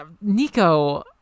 Nico